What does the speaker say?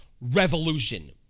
revolution